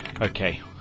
Okay